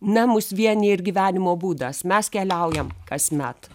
na mus vienija ir gyvenimo būdas mes keliaujam kasmet